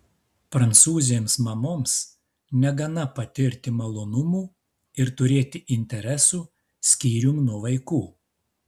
prancūzėms mamoms negana patirti malonumų ir turėti interesų skyrium nuo vaikų